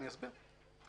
אסביר.